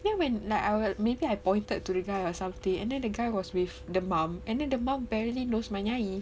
then when like I was maybe I pointed to the guy or something and then the guy was with the mum and then the mum barely knows my nyai